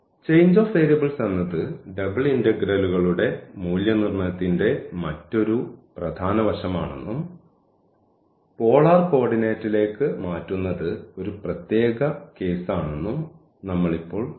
change of variables എന്നത് double ഇന്റഗ്രലുകളുടെ മൂല്യനിർണ്ണയത്തിന്റെ മറ്റൊരു പ്രധാന വശമാണെന്നും പോളാർ കോർഡിനേറ്റിലേക്ക് മാറ്റുന്നത് ഒരു പ്രത്യേക കേസാണെന്നും നമ്മൾ ഇപ്പോൾ കണ്ടു